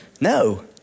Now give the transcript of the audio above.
No